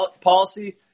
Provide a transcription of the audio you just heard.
policy